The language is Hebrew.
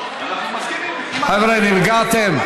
חבר'ה, נרגעתם?